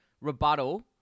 rebuttal